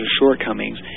shortcomings